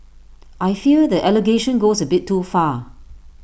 I fear that allegation goes A bit too far